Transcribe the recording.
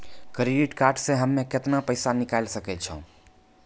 Credit card से हम्मे केतना पैसा निकाले सकै छौ?